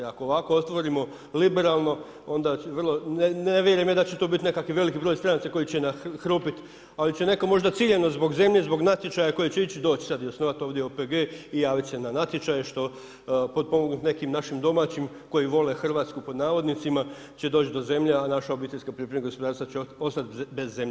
Ako ovako otvorimo liberalno onda vrlo, ne vjerujem ja da će to biti nekakvi veliki broj stranaca koji će nahrupiti ali će netko možda ciljano zbog zemlje, zbog natječaja koji će ići doći sad i osnovati ovdje OPG i javit se na natječaj što potpomognut nekim našim domaćim koji „vole Hrvatsku“ će doći do zemlje, a naša obiteljska poljoprivredna gospodarstva će ostat bez zemlje.